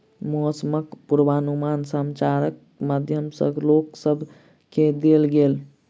मौसमक पूर्वानुमान समाचारक माध्यम सॅ लोक सभ केँ देल गेल